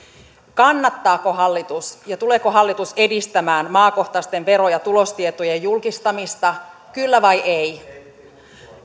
kannattaako hallitus ja tuleeko hallitus edistämään maakohtaisten vero ja tulostietojen julkistamista kyllä vai ei